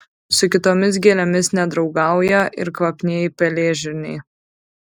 su kitomis gėlėmis nedraugauja ir kvapnieji pelėžirniai